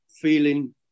feeling